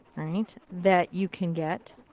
right, that you can get,